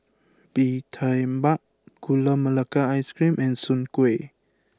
Bee Tai Mak Gula Melaka Ice Cream and Soon Kway